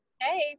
Hey